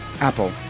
apple